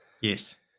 Yes